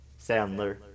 Sandler